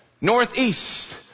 Northeast